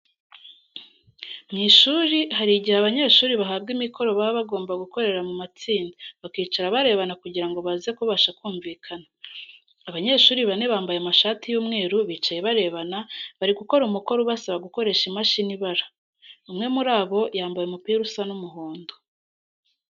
Mu ishuri hari igihe abanyeshuri bahabwa imikoro baba bagomba gukorera mu matsinda, bakicara barebana kugira ngo baze kubasha kumvikana. Abanyeshuri bane bambaye amashati y'umweru bicaye barebana, bari gukora umukoro ubasaba gukoresha imashini ibara. Umwe muri bo yambaye umupira usa n'umuhondo.